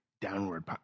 downward